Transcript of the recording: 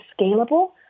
scalable